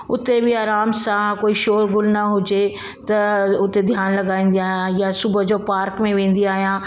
उते बि आराम सां कोई शोर वोर न हुजे त हुते ध्यानु लॻाईंदी आहियां या सुबुह जो पार्क में वेंदी आहियां